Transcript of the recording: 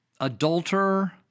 adulterer